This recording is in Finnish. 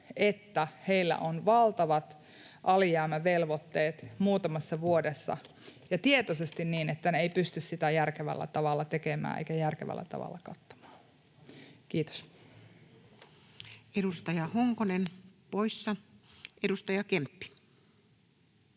että on valtavat alijäämävelvoitteet muutamassa vuodessa, ja tietoisesti niin, että ne eivät pysty niitä järkevällä tavalla tekemään eivätkä järkevällä tavalla kattamaan. — Kiitos. [Speech 134] Speaker: Toinen